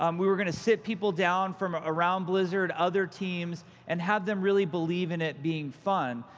um we were going to sit people down from ah around blizzard, other teams, and have them really believe in it being fun.